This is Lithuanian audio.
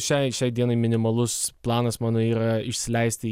šiai šiai dienai minimalus planas mano yra išleisti